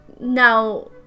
Now